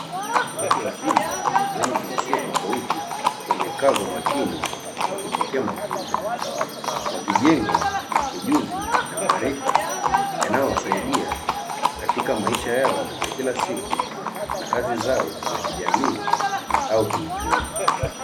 Watu wazima wenye jinsia tofauti wamekaa kwa makini wakipokea mafunzo, wakijenga ujuzi na maarifa yanayowasaidia katika maisha yao ya kila siku na kazi zao za kijamii au kiuchumi.